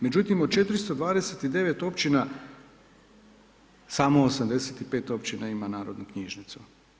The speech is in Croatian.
Međutim od 429 općina samo 85 općina ima narodnu knjižnicu.